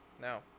No